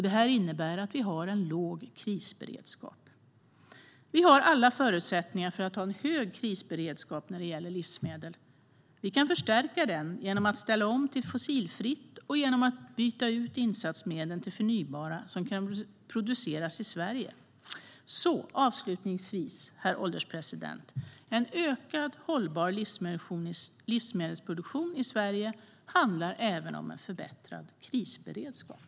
Det innebär att vi har en låg krisberedskap. Vi har alla förutsättningar för att ha en hög krisberedskap när det gäller livsmedel. Vi kan förstärka den genom att ställa om till fossilfritt och genom att byta ut insatsmedlen till förnybara som kan produceras i Sverige. Herr ålderspresident! En ökad hållbar livsmedelsproduktion i Sverige handlar även om en förbättrad krisberedskap.